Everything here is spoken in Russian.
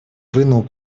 вынул